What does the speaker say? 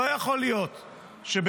לא יכול להיות שבמועצה,